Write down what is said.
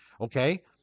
okay